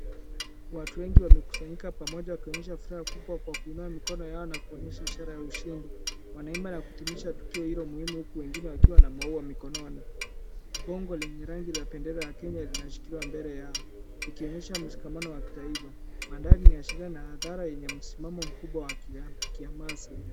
Watu wengi wamekusanyika pamoja wakionyesha furaha kubwa kwa kuinua mikono yao na kuonyesha ishara ya ushindi. Wanaimba na kuidhinisha tukio hilo muhimu huku wengine wakiwa na maua mikononi. Bango lenye rangi ya bendera ya Kenya limeshikiwa mbele yao, ikionyesha mshikamano wa kitaifa. Mandhari ni ya sherehe na hadhara yenye msimamo mkubwa wa kiamasi.